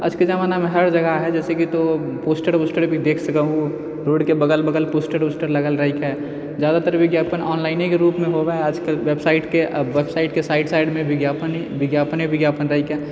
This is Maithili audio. आजके जमानामे हर जगह हइ जैसेकि तो पोस्टर वोस्टर भी देखि सकै हू रोडके बगल बगल पोस्टर वोस्टर लागल रहिते हइ ज्यादातर विज्ञापन ऑनलाइनेके रूपमे होवऽ हइ आजकल वेबसाइटके साइड साइडमे विज्ञापन ही विज्ञापन दैके